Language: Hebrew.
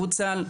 פוטסל,